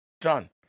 Done